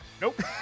nope